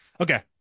Okay